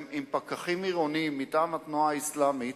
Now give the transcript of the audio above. עם פקחים עירוניים מטעם התנועה האסלאמית,